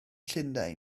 llundain